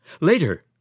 Later